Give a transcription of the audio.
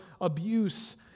abuse